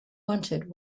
wanted